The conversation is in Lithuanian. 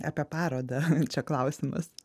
apie parodą čia klausimas